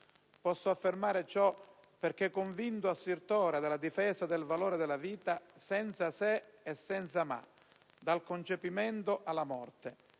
posso affermare ciò perché sono un convinto assertore della difesa del valore della vita senza se e senza ma, dal concepimento alla morte.